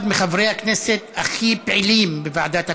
אחד מחברי הכנסת הכי פעילים בוועדת הכספים,